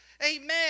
Amen